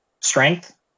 strength